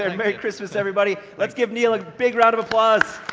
and merry christmas everybody, let's give neil a big round of applause.